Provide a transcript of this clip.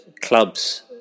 clubs